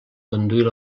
conduir